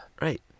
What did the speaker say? Right